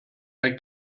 ein